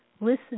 listen